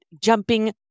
jumping